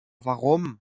warum